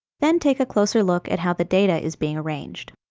then take a closer look at how the data is being arranged.